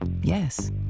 yes